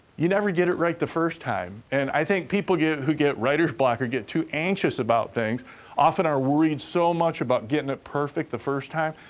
you never get it right the first time, and i think people who get writer's block or get too anxious about things often are worried so much about getting it perfect the first time.